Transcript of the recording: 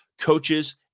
coaches